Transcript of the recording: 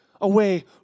away